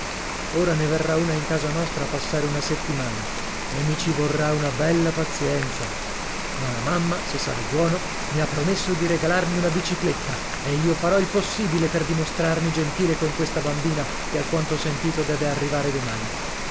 ora ne verrà una in casa nostra a passare una settimana e mi ci vorrà una bella pazienza ma la mamma se sarò buono mi ha promesso di regalarmi una bicicletta e io farò il possibile per dimostrarmi gentile con questa bambina che a quanto ho sentito deve arrivare domani